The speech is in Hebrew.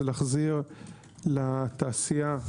להחזיר לתעשייה,